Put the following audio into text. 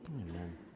Amen